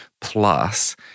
Plus